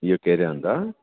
इहो कहिड़े हंधि आहे